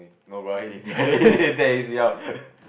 no bruh he didn't